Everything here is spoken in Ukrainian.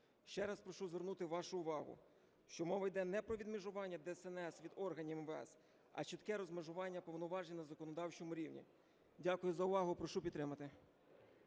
Ще раз прошу звернути вашу увагу, що мова йде не про відмежування ДСНС від органів МВС, а чітке розмежування повноважень на законодавчому рівні. Дякую за увагу. Прошу підтримати.